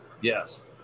Yes